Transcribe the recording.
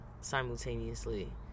simultaneously